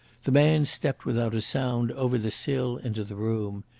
the man stepped without a sound over the sill into the room.